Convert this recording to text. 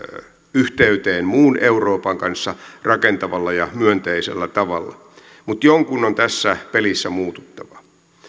yhteyteen muun euroopan kanssa rakentavalla ja myönteisellä tavalla mutta jonkun on tässä pelissä muututtava